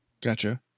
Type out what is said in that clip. Gotcha